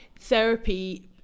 therapy